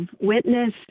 witness